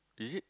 is it